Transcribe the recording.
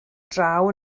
draw